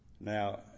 Now